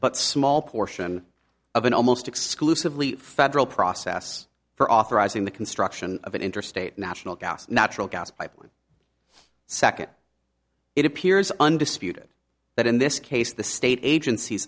but small portion of an almost exclusively federal process for authorizing the construction of an interstate national gas natural gas pipeline second it appears undisputed that in this case the state agencies